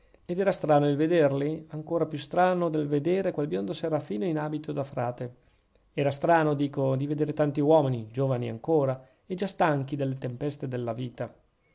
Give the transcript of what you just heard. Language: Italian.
ed era strano il vederli anche più strano del vedere quel biondo serafino in abito di frate era strano dico di vedere tanti uomini giovani ancora e già stanchi delle tempeste della vita